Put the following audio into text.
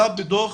עלה בדוח,